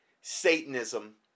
Satanism